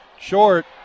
short